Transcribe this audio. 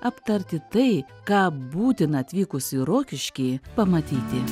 aptarti tai ką būtina atvykus į rokiškį pamatyti